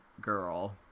girl